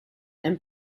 and